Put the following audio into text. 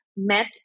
Met